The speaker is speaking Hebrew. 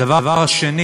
הדבר השני